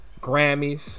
Grammys